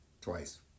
Twice